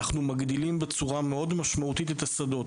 אנחנו מגדילים בצורה מאוד משמעותית את השדות.